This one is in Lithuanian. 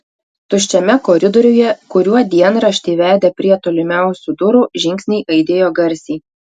tuščiame koridoriuje kuriuo dienraštį vedė prie tolimiausių durų žingsniai aidėjo garsiai